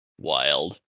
wild